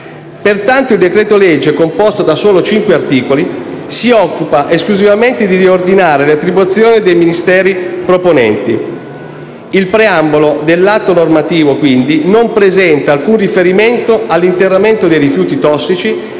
legge. Il decreto-legge, composto da soli 5 articoli, si occupa esclusivamente di riordinare le attribuzioni dei Ministeri proponenti. Il preambolo dell'atto normativo non presenta alcun riferimento all'interramento dei rifiuti tossici,